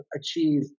achieve